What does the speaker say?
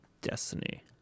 destiny